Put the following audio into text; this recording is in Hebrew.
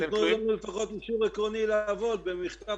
תנו לנו לפחות אישור עקרוני לעבוד במכתב